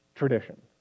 tradition